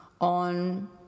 on